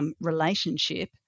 relationship